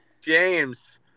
James